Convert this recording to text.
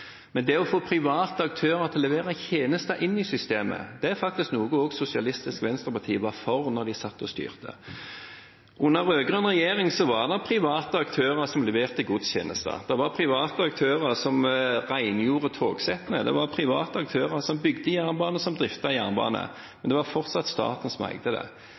Å få private aktører til å levere tjenester inn i systemet er faktisk noe også Sosialistisk Venstreparti var for da de satt og styrte. Under den rød-grønne regjeringen var det private aktører som leverte godstjenester, det var private aktører som rengjorde togsettene, og det var private aktører som bygde og driftet jernbanen. Det var fortsatt staten som eide den. Vi gjør det